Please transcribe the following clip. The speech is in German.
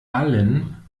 allen